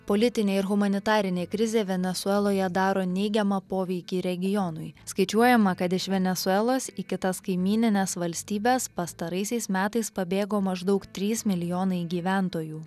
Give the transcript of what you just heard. politinė ir humanitarinė krizė venesueloje daro neigiamą poveikį regionui skaičiuojama kad iš venesuelos į kitas kaimynines valstybes pastaraisiais metais pabėgo maždaug trys milijonai gyventojų